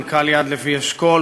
מנכ"ל יד לוי אשכול,